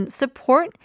support